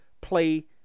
play